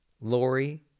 Lori